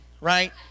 right